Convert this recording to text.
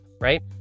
right